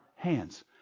Hands